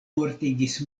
mortigis